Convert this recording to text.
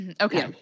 Okay